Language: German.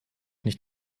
nicht